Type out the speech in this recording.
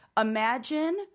imagine